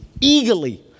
eagerly